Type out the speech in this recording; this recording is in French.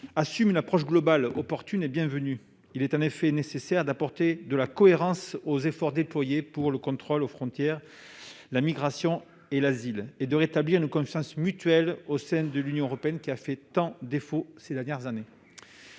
assume une approche globale, opportune et bienvenue. Il est en effet nécessaire d'apporter de la cohérence aux efforts déployés pour le contrôle aux frontières, la migration et l'asile, ainsi que de rétablir une confiance mutuelle, qui a tant fait défaut ces dernières années